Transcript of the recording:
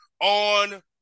on